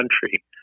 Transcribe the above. country